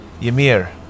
Ymir